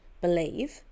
believe